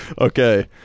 Okay